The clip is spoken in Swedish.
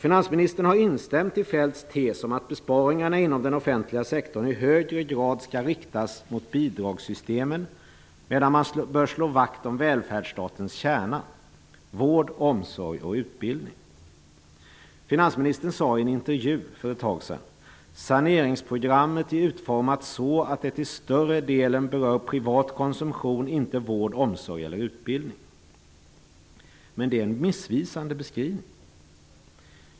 Finansministern har instämt i Feldts tes om att besparingarna inom den offentliga sektorn i högre grad skall riktas mot bidragssystemen, medan man bör slå vakt om välfärdsstatens kärna: vård, omsorg och utbildning. Finansministern sade i en intervju för ett tag sedan: ''Saneringsprogrammet är utformat så att det till större delen berör privat konsumtion, inte vård, omsorg eller utbildning.'' Men detta är en missvisande beskrivning.